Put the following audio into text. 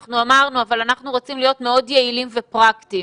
אבל אנחנו רוצים להיות מאוד יעילים ופרקטיים